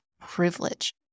privilege